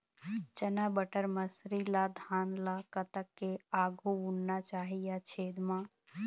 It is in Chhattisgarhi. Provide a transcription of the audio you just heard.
चना बटर मसरी ला धान ला कतक के आघु बुनना चाही या छेद मां?